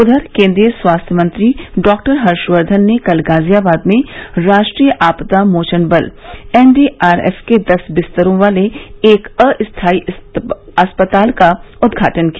उधर केन्द्रीय स्वास्थ मंत्री डॉक्टर हर्षवर्धन ने कल गाजियाबाद में राष्ट्रीय आपदा मोचन बल एनडीआरएफ के दस बिस्तरों वाले एक अस्थायी अस्पताल का उद्घाटन किया